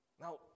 Now